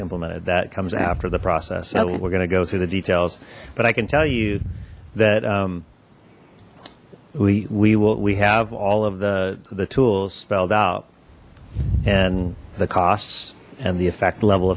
implemented that comes after the process we're going to go through the details but i can tell you that we we will we have all of the the tools spelled out and the costs and the effect level